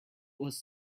was